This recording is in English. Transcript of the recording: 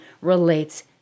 relates